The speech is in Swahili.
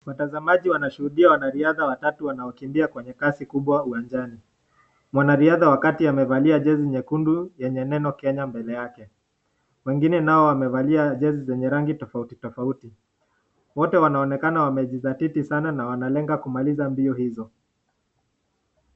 Watazamaji wanashuhudia wanariadha watatu wanaokimbia kwenye kasi kubwa uwanjani. Mwanariadha wakati amevalia jezi nyekundu yenye neno Kenya mbele yake. Wengine nao wamevalia jezi zenye rangi tofauti tofauti. Wote wanaonekana wamejisatiti sana na wanalenga kumaliza mbio hizo.